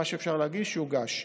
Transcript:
מה שאפשר להגיש יוגש.